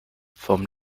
vom